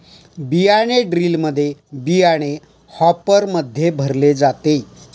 बियाणे ड्रिलमध्ये बियाणे हॉपरमध्ये भरले जाते